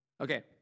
Okay